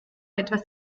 etwas